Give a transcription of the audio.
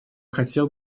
хотел